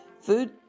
Food